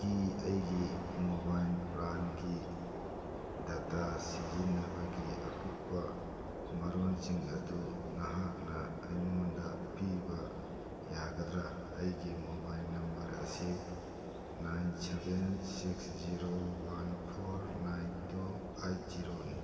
ꯒꯤ ꯑꯩꯒꯤ ꯃꯣꯕꯥꯏꯜ ꯄ꯭ꯂꯥꯟꯒꯤ ꯗꯇꯥ ꯁꯤꯖꯤꯟꯅꯕꯒꯤ ꯑꯀꯨꯞꯄ ꯃꯔꯣꯜꯁꯤꯡ ꯑꯗꯨ ꯅꯍꯥꯛꯅ ꯑꯩꯉꯣꯟꯗ ꯄꯤꯕ ꯌꯥꯒꯗ꯭ꯔꯥ ꯑꯩꯒꯤ ꯃꯣꯕꯥꯏꯜ ꯅꯝꯕꯔ ꯑꯁꯤ nine seven six zero one four nine two eight ꯖꯦꯔꯣꯅꯤ